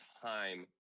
time